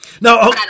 Now